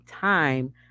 time